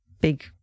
big